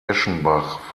eschenbach